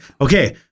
Okay